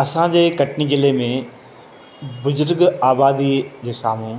असांजे कटनी ज़िले में बुज़ुर्ग आबादी जे साम्हूं